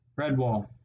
Redwall